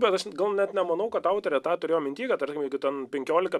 bet aš gal net nemanau kad autorė tą turėjo minty kad tarkim jeigu ten penkiolika